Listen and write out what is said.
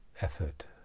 Effort